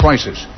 Prices